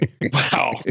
Wow